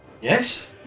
Yes